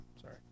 Sorry